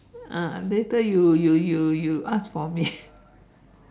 ah later you you you ask for me